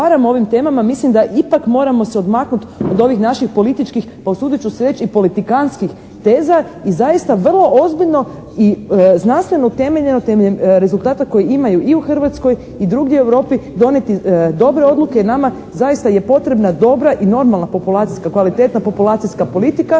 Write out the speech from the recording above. mislim da ipak moramo se odmaknuti od ovih naših političkih, pa usudit ću se reći i politikantskih teza i zaista vrlo ozbiljno i znanstveno utemeljeno temeljem rezultata koji imaju i u Hrvatskoj i drugdje u Europi donijeti dobre odluke, jer nam zaista je potrebna dobra i normalna populacijska kvaliteta, populacijska politika,